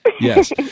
Yes